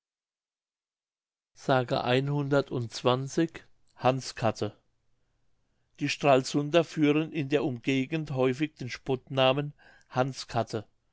hans katte die stralsunder führen in der umgegend häufig den spottnamen hans katte